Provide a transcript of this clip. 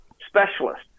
specialist